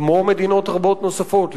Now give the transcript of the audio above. כמו מדינות רבות נוספות,